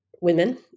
women